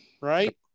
right